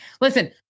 listen